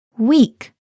Week